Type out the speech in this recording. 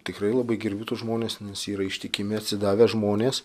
tikrai labai gerbiu tuos žmones nes jie yra ištikimi atsidavę žmonės